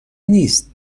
نیست